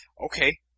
Okay